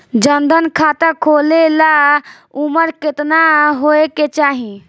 जन धन खाता खोले ला उमर केतना होए के चाही?